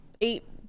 eight